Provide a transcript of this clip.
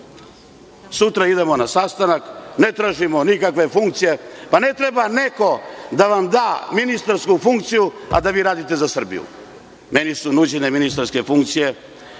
Sutra idemo na sastanak. Ne tražimo nikakve funkcije. Pa, ne treba neko da vam da ministarsku funkciju da vi radite za Srbiju. Meni su nuđene ministarske funkcije